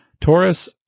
Taurus